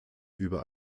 über